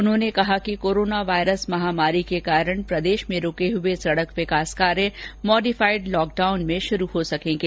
उन्होंने कहा कि कोरोना वायरस महामारी के कारण प्रदेश में रूके हुए सड़क विकास कार्य मॉडिफाइड लॉकडाउन में शुरू हो सकेंगे